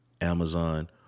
Amazon